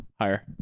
Higher